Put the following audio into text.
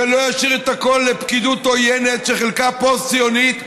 ולא ישאיר את הכול לפקידות עוינת שחלקה פוסט-ציונית,